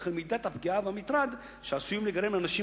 וכן מידת הפגיעה והמטרד שעשויים להיגרם לאנשים